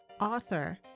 author